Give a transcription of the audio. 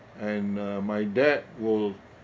and uh my dad will